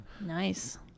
nice